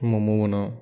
ম'ম' বনাওঁ